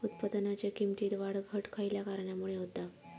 उत्पादनाच्या किमतीत वाढ घट खयल्या कारणामुळे होता?